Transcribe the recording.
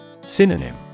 Synonym